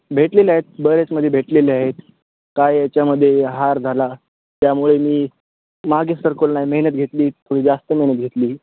भेटलेले आहेत बरेच मध्ये भेटलेले आहेत काय याच्यामध्ये हार झाला त्यामुळे मी मागे सरकलो नाही मेहनत घेतली थोडी जास्त मेहनत घेतली